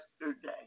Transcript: yesterday